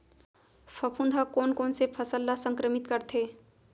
फफूंद ह कोन कोन से फसल ल संक्रमित करथे?